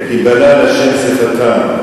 בבל, "כי בלל ה' שפתם",